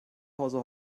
hause